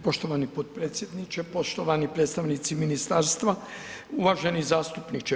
Poštovani potpredsjedniče, poštovani predstavnici ministarstva, uvaženi zastupniče.